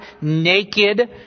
naked